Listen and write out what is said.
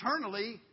eternally